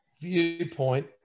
viewpoint